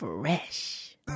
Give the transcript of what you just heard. Fresh